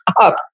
up